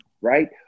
right